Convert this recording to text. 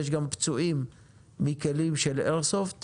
ויש גם פצועים מכלים של איירסופט